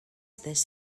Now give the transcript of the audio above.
this